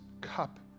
cup